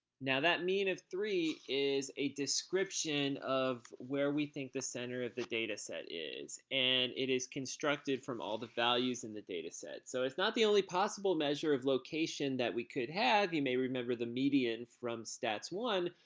now that mean of three is a description of where we think the center of the data set is. and it is constructed from all the values in the data set, but so it's not the only possible measure of location that we could have you may remember the median from stats i.